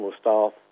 staff